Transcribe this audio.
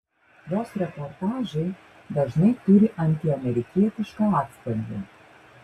jos reportažai dažnai turi antiamerikietišką atspalvį